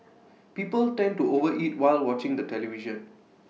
people tend to overeat while watching the television